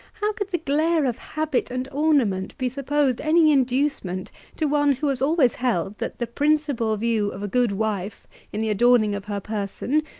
how could the glare of habit and ornament be supposed any inducement to one, who has always held, that the principal view of a good wife in the adorning of her person,